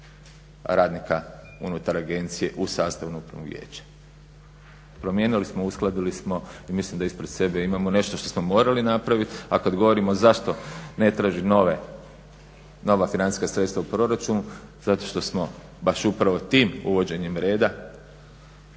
radnika unutar agencije u sastavno upravno vijeće. Promijenili smo, uskladili smo i mislim da ispred sebe imamo nešto što smo morali napraviti, a kada govorimo zašto ne traži nove, nova financijska sredstava u proračunu zato što smo baš upravo tim uvođenjem reda